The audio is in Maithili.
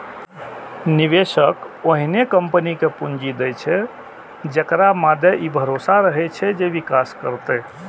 निवेशक ओहने कंपनी कें पूंजी दै छै, जेकरा मादे ई भरोसा रहै छै जे विकास करतै